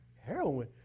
heroin